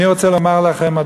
אני רוצה לומר לכם,